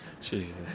Jesus